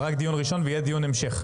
זה רק דיון ראשון ויהיה דיון המשך.